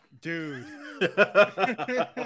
Dude